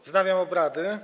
Wznawiam obrady.